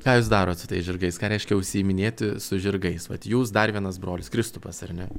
ką jūs darot su tais žirgais ką reiškia užsiiminėti su žirgais vat jūs dar vienas brolis kristupas ar ne